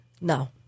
No